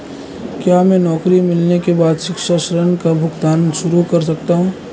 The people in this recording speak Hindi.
क्या मैं नौकरी मिलने के बाद शिक्षा ऋण का भुगतान शुरू कर सकता हूँ?